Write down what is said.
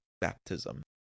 baptism